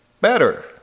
better